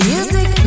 Music